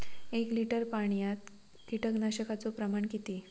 एक लिटर पाणयात कीटकनाशकाचो प्रमाण किती?